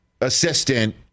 assistant